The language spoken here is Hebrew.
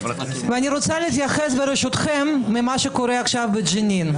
אני רוצה להתייחס ברשותכם למה שקורה עכשיו בג'נין.